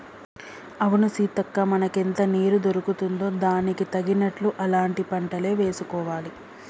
అవును సీతక్క మనకెంత నీరు దొరుకుతుందో దానికి తగినట్లు అలాంటి పంటలే వేసుకోవాలి